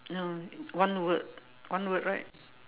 ya one word one word right